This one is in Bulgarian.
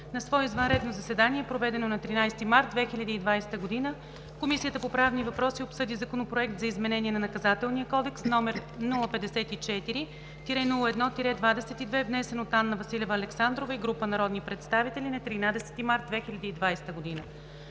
На свое извънредно заседание, проведено на 13 март 2020 г. Комисията по правни въпроси обсъди Законопроект за изменение на Наказателния кодекс, № 054-01-22, внесен от Анна Василева Александрова и група народни представители на 13 март 2020 г.